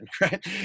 right